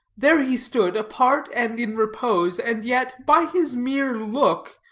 there he stood apart and in repose, and yet, by his mere look,